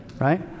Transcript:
right